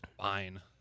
fine